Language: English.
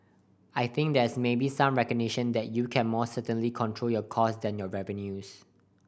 I think there's maybe some recognition that you can more certainly control your costs than your revenues